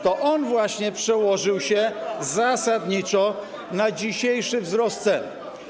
To właśnie on przełożył się zasadniczo na dzisiejszy wzrost cen.